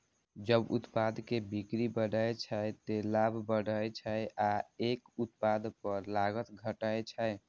जब उत्पाद के बिक्री बढ़ै छै, ते लाभ बढ़ै छै आ एक उत्पाद पर लागत घटै छै